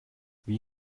wie